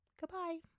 Goodbye